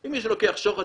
אם מישהו לוקח שוחד,